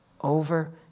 over